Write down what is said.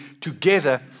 together